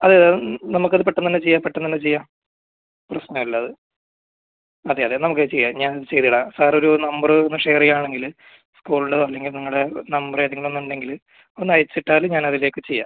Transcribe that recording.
അത് നമുക്ക് അത് പെട്ടെന്ന് തന്നെ ചെയ്യാം പെട്ടെന്ന് തന്നെ ചെയ്യാം പ്രശ്നമില്ല അത് അതെ അതെ നമുക്ക് അത് ചെയ്യാം ഞാൻ ചെയ്തിടാം സാർ ഒരു നമ്പർ ഒന്ന് ഷെയറ് ചെയ്യുകയാണെങ്കിൽ സ്കൂളിൽ വന്നെങ്കിൽ നിങ്ങളുടെ നമ്പർ ഏതെങ്കിലും ഒന്ന് ഉണ്ടെങ്കിൽ ഒന്ന് അയച്ച് ഇട്ടാൽ ഞാൻ അതിലേക്ക് ചെയ്യാം